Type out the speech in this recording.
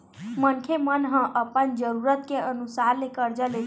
मनखे मन ह अपन जरूरत के अनुसार ले करजा लेथे